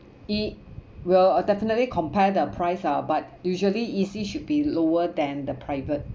it we'll definitely compare the price ah but usually E_C should be lower than the private